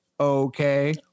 Okay